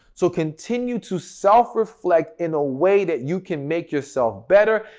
so, continue to self-reflect in a way that you can make yourself better,